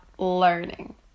learning